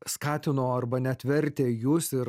skatino arba net vertė jus ir